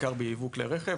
בעיקר בייבוא כלי הרכב.